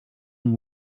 and